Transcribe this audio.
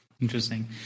Interesting